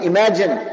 Imagine